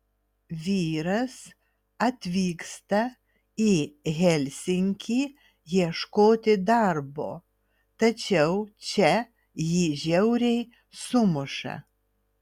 vyras atvyksta į helsinkį ieškoti darbo tačiau čia jį žiauriai sumuša